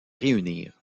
réunir